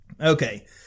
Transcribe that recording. Okay